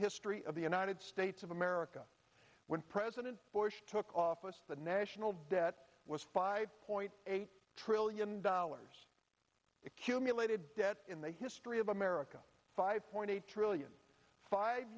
history of the united states of america when president bush took office the national debt was five point eight trillion dollars accumulated debt in the history of america five point eight trillion five